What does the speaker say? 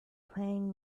playing